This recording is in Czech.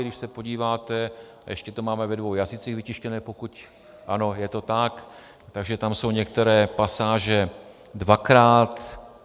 Když se podíváte a ještě to máme dvou jazycích vytištěné, pokud ano, je to tak, takže tam jsou některé pasáže dvakrát.